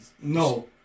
No